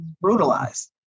brutalized